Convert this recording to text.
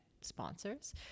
sponsors